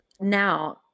Now